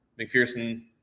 McPherson